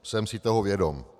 Jsem si toho vědom.